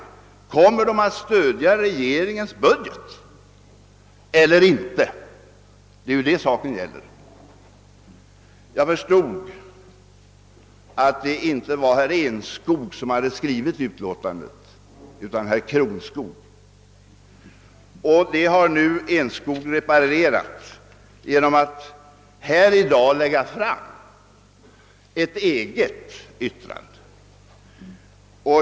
Det avgörande är om de kommer att stödja regeringens budget eller inte. Jag förstod att det inte var herr Enskog som hade skrivit yttrandet, utan herr Chronschough, men det har nu herr Enskog reparerat genom att i dag lägga fram ett eget yrkande.